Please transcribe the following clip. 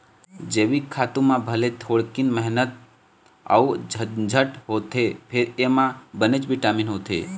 जइविक खातू म भले थोकिन मेहनत अउ झंझट होथे फेर एमा बनेच बिटामिन होथे